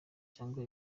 cyangwa